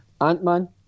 Ant-Man